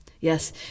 yes